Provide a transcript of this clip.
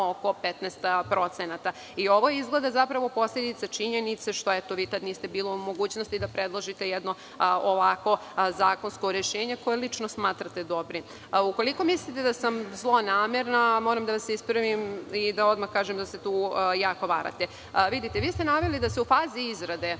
oko 15%. Ovo je izgleda posledica činjenice što, eto, vi tad niste bili u mogućnosti da predložite jedno ovakvo zakonsko rešenje, koje lično smatrate dobrim. Ukoliko mislite da sam zlonamerna, moram da vas ispravim i da odmah kažem da se tu jako varate. Vi ste naveli da se u fazi izradi